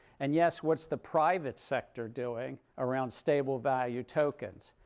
and yes, what's the private sector doing around stable value tokens?